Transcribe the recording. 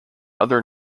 other